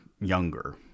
younger